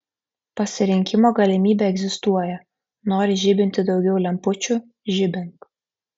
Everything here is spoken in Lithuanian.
pasirinkimo galimybė egzistuoja nori žibinti daugiau lempučių žibink